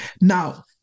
Now